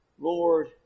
Lord